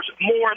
more